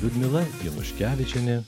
liudmila januškevičienė